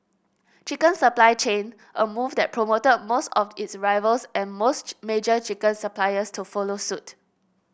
chicken supply chain a move that prompted most of its rivals and most major chicken suppliers to follow suit